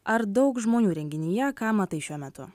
ar daug žmonių renginyje ką matai šiuo metu